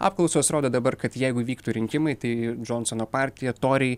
apklausos rodo dabar kad jeigu vyktų rinkimai tai džonsono partija toriai